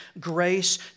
grace